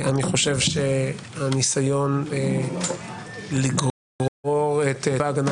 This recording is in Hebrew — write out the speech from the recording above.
אני חושב שהניסיון לגרור את צבא ההגנה